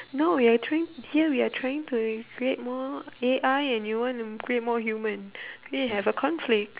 no we're trying here we are trying to create more A_I and you want to create more human we have a conflict